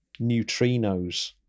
neutrinos